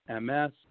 MS